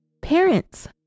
Parents